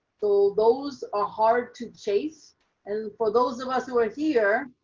those those are hard to chase and for those of us who are here.